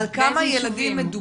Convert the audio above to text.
באיזה יישובים?